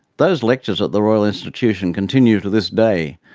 those lectures at the royal institution continue to this day,